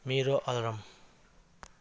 मेरो अलार्म